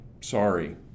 sorry